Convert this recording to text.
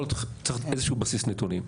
צריך איזשהו בסיס נתונים.